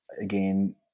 again